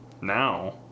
now